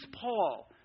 Paul